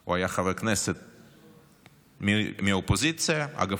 הוא היה חבר הכנסת מהאופוזיציה, אגב,